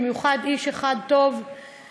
במיוחד איש אחד טוב,